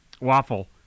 waffle